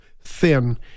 thin